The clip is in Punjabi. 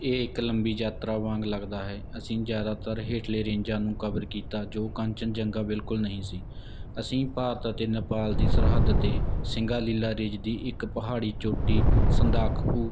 ਇਹ ਇੱਕ ਲੰਬੀ ਯਾਤਰਾ ਵਾਂਗ ਲੱਗਦਾ ਹੈ ਅਸੀਂ ਜਿਆਦਾਤਰ ਹੇਠਲੇ ਰੇਂਜਾਂ ਨੂੰ ਕਵਰ ਕੀਤਾ ਜੋ ਕੰਚਨਜੰਗਾਂ ਬਿਲਕੁਲ ਨਹੀਂ ਸੀ ਅਸੀਂ ਭਾਰਤ ਅਤੇ ਨੇਪਾਲ ਦੀ ਸਰਹੱਦ ਤੇ ਸਿੰਗਾਲੀਲਾ ਰਿਜ ਦੀ ਇੱਕ ਪਹਾੜੀ ਚੋਟੀ ਸੰਦਾਕਫੂ